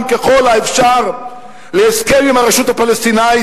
ככל האפשר להסכם עם הרשות הפלסטינית,